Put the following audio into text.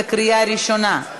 בקריאה ראשונה.